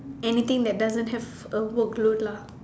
anything that doesn't have a workload lah